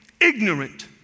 ignorant